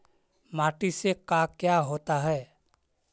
माटी से का क्या होता है?